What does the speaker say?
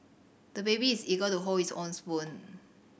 the baby is eager to hold his own spoon